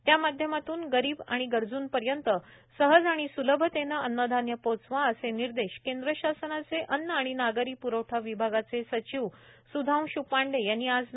त्यामाध्यमातून गरीब गरजूंपर्यंत सहज आणि सुलभतेने अन्नधान्य पोहोचवा असे निर्देश केंद्र शासनाचे अन्न आणि नागरी पुरवठा विभागाचे सचिव सुधांश पांडे यांनी आज दिले